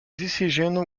decision